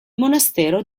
monastero